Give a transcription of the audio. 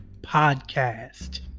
podcast